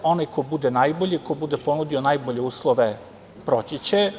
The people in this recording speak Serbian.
Onaj ko bude najbolji, ko bude ponudio najbolje uslove proći će.